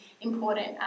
important